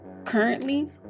Currently